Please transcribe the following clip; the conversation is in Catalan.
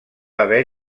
haver